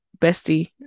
bestie